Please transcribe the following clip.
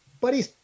buddy